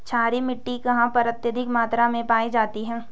क्षारीय मिट्टी कहां पर अत्यधिक मात्रा में पाई जाती है?